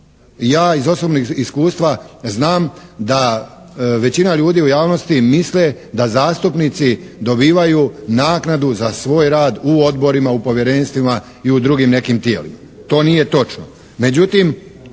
Ja iz osobnog iskustva znam da većina ljudi u javnosti misle da zastupnici dobivaju naknadu za svoj rad u odborima, u povjerenstvima i u drugim nekim tijelima. To nije točno.